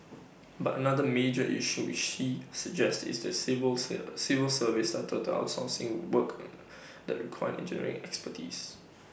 but another major issue she suggests is the civil civil service started outsourcing work and that required engineering expertise